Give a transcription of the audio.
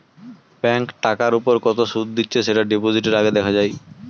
bank টাকার উপর কত সুদ দিচ্ছে সেটা ডিপোজিটের আগে দেখা যায়